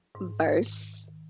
verse